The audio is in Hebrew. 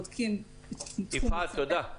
יפעת, תודה.